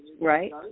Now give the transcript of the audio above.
right